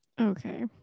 Okay